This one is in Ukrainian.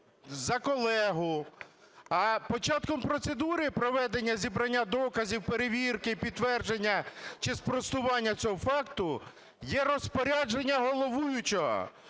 за колегу, а початком процедури проведення зібрання доказів, перевірки, підтвердження чи спростування цього факту, є розпорядження головуючого,